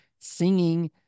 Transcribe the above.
singing